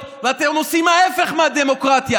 בבקשה.